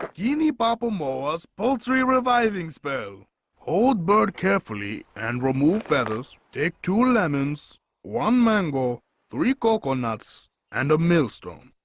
guinea papa mas poultry reviving spell old bird carefully and remove feathers take two lemons one mango three coconuts and a millstone